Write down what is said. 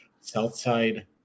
Southside